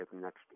next